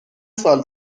سال